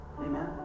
Amen